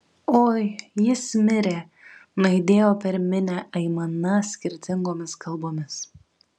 oi jis mirė nuaidėjo per minią aimana skirtingomis kalbomis